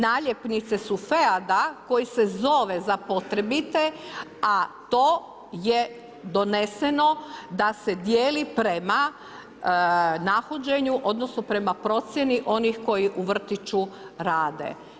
Naljepnice su FEAD-a koji se zove za potrebite a to je doneseno da se dijeli prema nahođenju, odnosno prema procjeni onih koji u vrtiću rade.